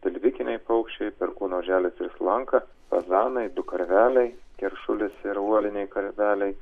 tilvikiniai paukščiai perkūno oželis ir slanka fazanai du karveliai keršulis ir uoliniai karveliai